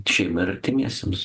šeimai ir artimiesiems